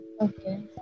Okay